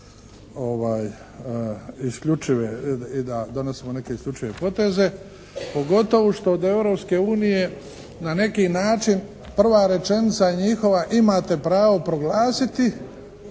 isključive i da donosimo neke isključive poteze. Pogotovo što od Europske unije na neki način prva rečenica njihova "imate pravo proglasiti".